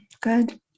Good